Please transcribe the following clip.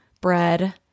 Bread